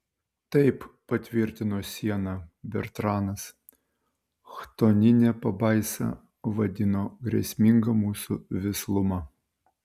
taip patvirtino siena bertranas chtonine pabaisa vadino grėsmingą mūsų vislumą